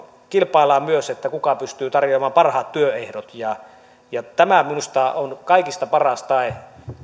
kilpaillaan myös siinä kuka pystyy tarjoamaan parhaat työehdot tämä minusta on kaikista paras tae